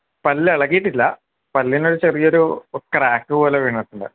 പല്ല് ഇളകിയിട്ടില്ല പല്ലിനൊരു ചെറിയൊരു ക്രാക്ക് പോലെ വീണിട്ടുണ്ട്